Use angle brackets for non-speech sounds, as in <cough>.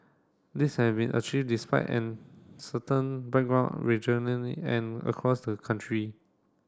this has been achieved despite an certain background <unintelligible> and across the country